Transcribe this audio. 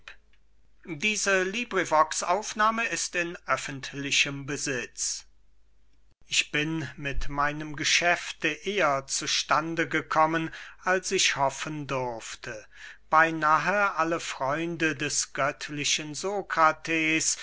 xxi kleonidas an aristipp ich bin mit meinem geschäfte eher zu stande gekommen als ich hoffen durfte beynahe alle freunde des göttlichen sokrates